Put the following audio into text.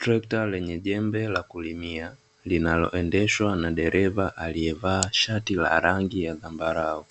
Trekta lenye jembe la kulimia, linaloendeshwa na dereva aliye vaa shati ya rangi ya zambarau.